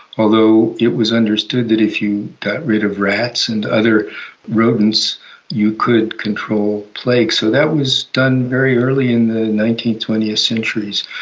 although it was understood that if you got rid of rats and other rodents you could control plague, so that was done very early in the nineteenth, twentieth centuries.